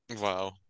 Wow